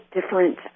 different